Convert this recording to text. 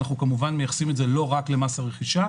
אנחנו מייחסים את זה, כמובן, לא רק למס הרכישה,